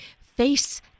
face